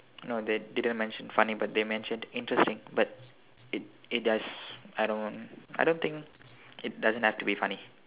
no they didn't mention funny but they mentioned interesting but it it does I don't I don't think it doesn't have to be funny